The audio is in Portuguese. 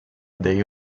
dei